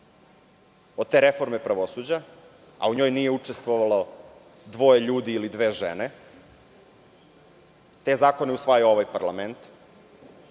od te reforme pravosuđa, a u njoj nije učestvovalo dvoje ljudi ili dve žene. Te zakone je usvajao ovaj parlament,